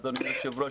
אדוני היושב-ראש,